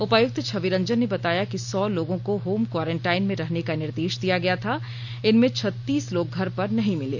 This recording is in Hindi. उपायुक्त छवि रंजन ने बताया कि सौ लोगों को होम क्वारेंटाइन में रहने का निर्देश दिया गया था इनमें छत्तीस लोग घर पर नहीं मिले